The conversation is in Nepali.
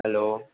हेलो